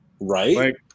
Right